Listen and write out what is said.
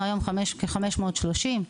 כ-530.